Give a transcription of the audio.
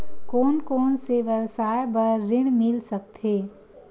कोन कोन से व्यवसाय बर ऋण मिल सकथे?